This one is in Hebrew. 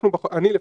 אנחנו, אני לפחות,